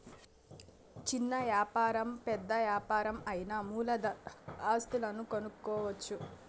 చిన్న వ్యాపారం పెద్ద యాపారం అయినా మూలధన ఆస్తులను కనుక్కోవచ్చు